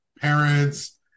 parents